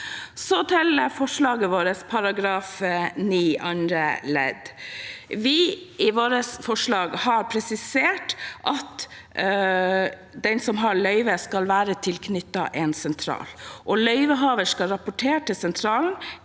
Så til forslaget vårt til § 9 nytt andre ledd. Vi har i vårt forslag presisert at den som har løyve, skal være tilknyttet en sentral. Løyvehaver skal rapportere til sentralen